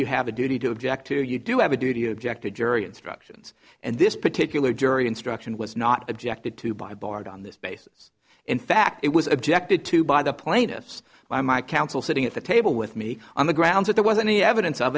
you have a duty to object to you do have a duty objective jury instructions and this particular jury instruction was not objected to by bard on this basis in fact it was objected to by the plaintiffs by my counsel sitting at the table with me on the grounds that there was any evidence of